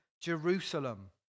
Jerusalem